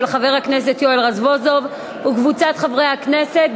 של חבר הכנסת יואל רזבוזוב וקבוצת חברי הכנסת.